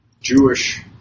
Jewish